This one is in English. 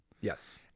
Yes